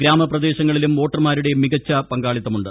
ഗ്രാമപ്രദേശങ്ങളിലും വോട്ടർമാരുടെ മികച്ച പങ്കാളിത്തമുണ്ട്